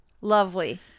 lovely